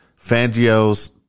Fangios